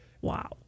Wow